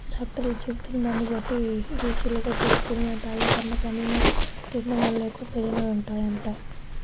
డాక్టర్లు చెబుతున్న దాన్ని బట్టి జూసులుగా జేసుకొని తాగేకన్నా, పండ్లను తిన్డం వల్ల ఎక్కువ ప్రయోజనాలుంటాయంట